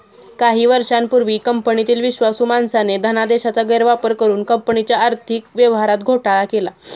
काही वर्षांपूर्वी कंपनीतील विश्वासू माणसाने धनादेशाचा गैरवापर करुन कंपनीच्या आर्थिक व्यवहारात घोटाळा केला